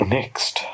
Next